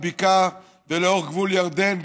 הבקעה ולאורך גבול ירדן,